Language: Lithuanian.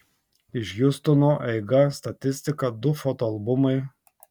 iš hjustono eiga statistika du foto albumai